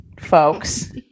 folks